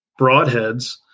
broadheads